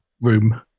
room